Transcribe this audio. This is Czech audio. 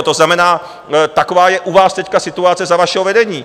To znamená, taková je u vás teď situace za vašeho vedení.